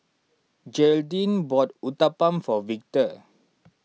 Gearldine bought Uthapam for Victor